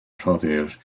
rhoddir